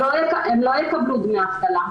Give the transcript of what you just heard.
הן לא יקבלו דמי אבטלה.